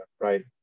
right